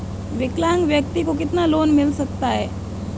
विकलांग व्यक्ति को कितना लोंन मिल सकता है?